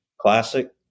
Classic